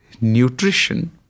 nutrition